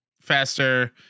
faster